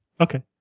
Okay